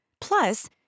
Plus